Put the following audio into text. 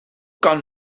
kan